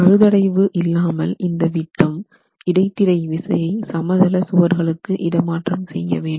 பழுதடைவு இல்லாமல் இந்த விட்டம் இடைத்திரை விசையை சமதள சுவர்களுக்கு இடமாற்றம் செய்ய வேண்டும்